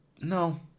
no